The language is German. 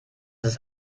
ist